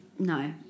No